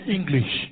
English